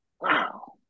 Wow